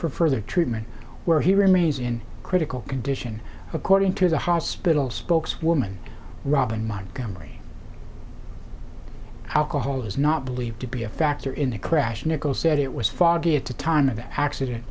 further treatment where he remains in critical condition according to the hospital spokeswoman robin montgomery alcohol is not believed to be a factor in the crash nichols said it was foggy at the time of the accident